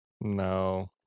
No